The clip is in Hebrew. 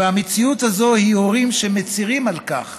והמציאות הזאת היא הורים שמצרים על כך